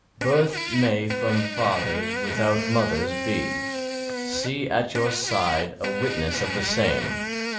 birth may from fathers, without mothers, be see at your side a witness of the same,